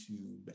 youtube